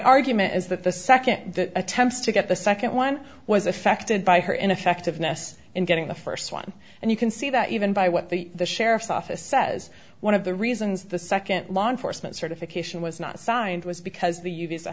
argument is that the second attempts to get the second one was affected by her ineffectiveness in getting the first one and you can see that even by what the the sheriff's office says one of the reasons the second law enforcement certification was not signed was because the u